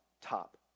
top